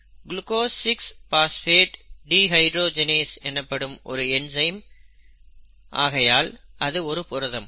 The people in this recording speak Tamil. குளுக்கோஸ் 6 பாஸ்பேட் டிஹைட்ரோஜெனேஸ் என்பது ஒரு என்சைம் ஆகையால் அது ஒரு புரதம்